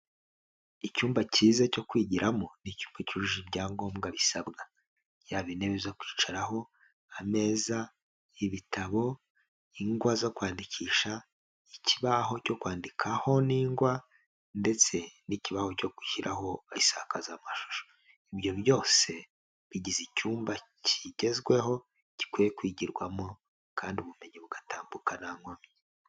Icyumba cyiza cyo kwigiramo. Ni icyupa cyujuje ibyangombwa bisabwa. Yaba intebe zo kwicaraho, ameza, ibitabo, ingwa zo kwandikisha, ikibaho cyo kwandikaho n'ingwa, ndetse n'ikibazo cyo gushyiraho asakaza amashusho. Ibyo byose, bigize icyumba kigezweho gikwiye kwigirwamo, kandi ubumenyi bugatambuka nta nkomyi.